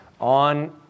on